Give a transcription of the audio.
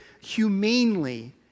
humanely